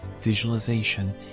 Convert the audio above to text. visualization